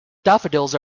daffodils